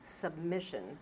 submission